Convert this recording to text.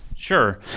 Sure